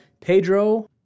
Pedro